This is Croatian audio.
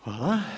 Hvala.